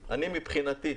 מבחינתי,